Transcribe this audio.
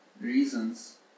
reasons